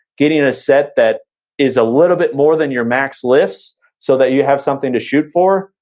getting a set that is a little bit more than your max lifts so that you have something to shoot for,